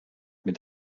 mit